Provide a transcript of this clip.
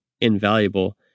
invaluable